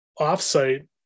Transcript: offsite